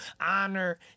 Honor